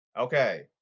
Okay